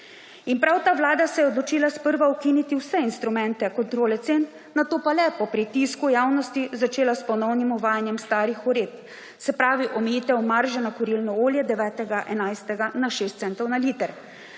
In prav ta vlada se je odločila sprva ukiniti vse instrumente kontrole cen, nato pa le – po pritisku javnosti – začela s ponovnim uvajanjem starih uredb, se pravi omejitev marže na kurilno olje 9. 11. na 6 centov na liter,